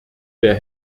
der